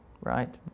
right